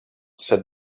said